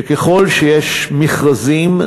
שככל שיש מכרזים,